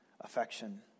affection